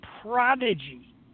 Prodigy